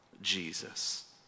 Jesus